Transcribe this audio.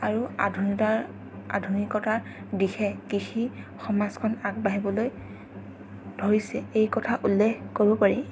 আৰু আধুনতাৰ আধুনিকতাৰ দিশে কৃষি সমাজখন আগবাঢ়িবলৈ ধৰিছে এই কথা উল্লেখ কৰিব পাৰি